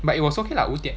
but it was okay lah 五点